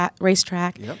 Racetrack